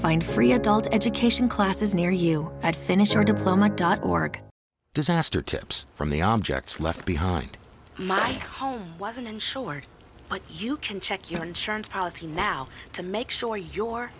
find free adult education classes near you and finish your diploma dot org disaster tips from the objects left behind my home wasn't insured but you can check your insurance policy now to make sure your